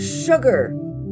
sugar